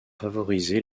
favorisé